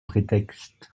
prétexte